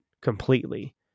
completely